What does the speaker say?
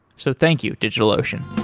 so thank you, digitalocean